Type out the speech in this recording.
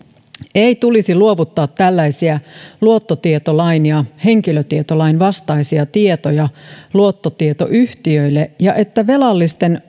ei tulisi luovuttaa tällaisia luottotietolain ja henkilötietolain vastaisia tietoja luottotietoyhtiöille ja että velallisten